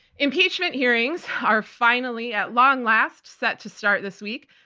impeachment hearings are finally, at long last, set to start this week.